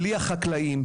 בלי החקלאים,